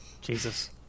Jesus